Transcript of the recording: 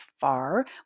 far